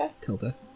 Tilda